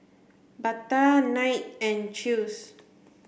Bata Knight and Chew's